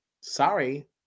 sorry